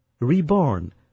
reborn